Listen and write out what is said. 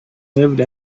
lived